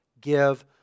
give